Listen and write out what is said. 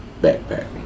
backpack